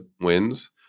wins